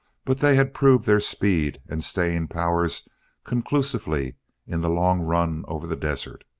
but they had proved their speed and staying powers conclusively in the long run over the desert.